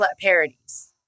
parodies